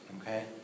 okay